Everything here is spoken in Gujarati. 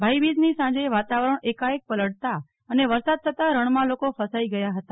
ભાઈ બીજની સાંજે વાતાવરણ એકાએક પલટતા અને વરસાદ થતા રણમાં લોકો ફસાઈ ગયા હતા